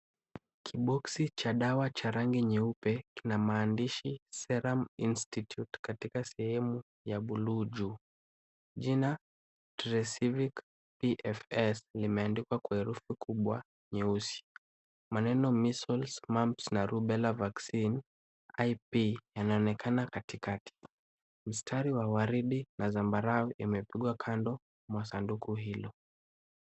Kiboksi cha dawa cha rangi nyeupe, kina maandishi Serum Institute katika sehemu ya bluu juu. Jina Tresivic EFS limeandikwa kwa herufi kubwa, nyeusi. Maneno Measles, Mumps na Rubella vaccine yanaonekana katikati. Mstari wa waridi na zambarau imepigwa kando mwa sanduku hilo.